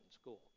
school